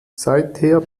seither